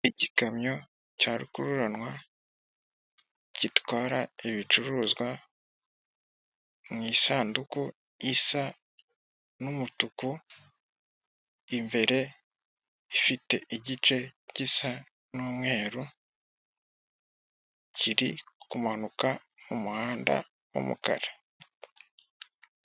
Igikamyo cya rukururanwa gitwara ibicuruzwa mu isanduku isa n'umutuku, imbere ifite igice gisa n'umweru kiri kumanuka mu muhanda w'umukara.